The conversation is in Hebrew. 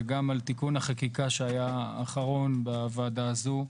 וגם על תיקון החקיקה האחרון בוועדה הזו.